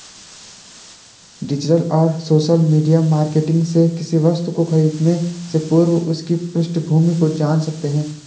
digital और social media marketing से किसी वस्तु को खरीदने से पूर्व उसकी पृष्ठभूमि को जान सकते है